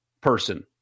person